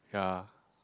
ya